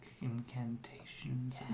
incantations